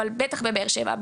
אבל בטח בבאר שבע,